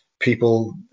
people